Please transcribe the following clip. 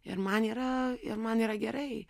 ir man yra ir man yra gerai